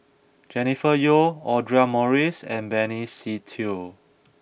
Jennifer Yeo Audra Morrice and Benny Se Teo